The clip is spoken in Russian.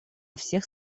всех